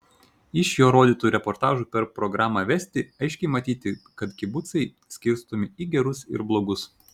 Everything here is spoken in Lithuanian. iš jo rodytų reportažų per programą vesti aiškiai matyti kad kibucai skirstomi į gerus ir blogus